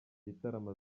gitaramo